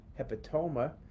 Hepatoma